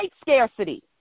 scarcity